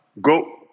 Go